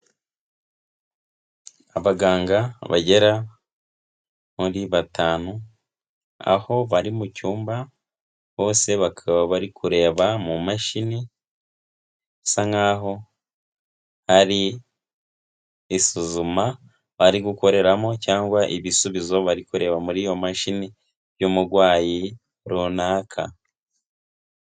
Abaganga bagera muri batanu, aho bari mucyumba bose bakaba bari kureba mu mashini, isa nkaho ari isuzuma bari gukoreramo cyangwa ibisubizo bari kureba muri iyo mashini by'umurwayi runaka.